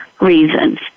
reasons